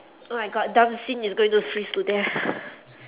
oh my god is going to freeze to death